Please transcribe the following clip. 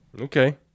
okay